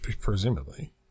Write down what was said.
presumably